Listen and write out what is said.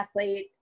athlete